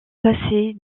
passer